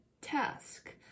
task